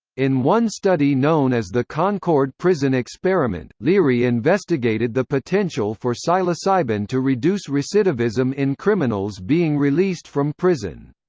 in one study known as the concord prison experiment, leary investigated the potential for psilocybin to reduce recidivism in criminals being released from prison.